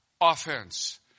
offense